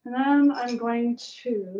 i'm going to